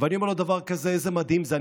ואני אומר לו דבר כזה: איזה מדהים זה,